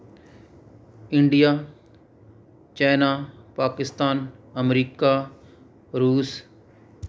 India China Pakistan America ਰੂਸ